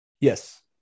Yes